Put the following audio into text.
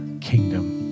kingdom